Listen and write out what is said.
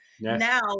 Now